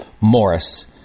Morris